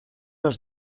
los